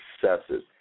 successes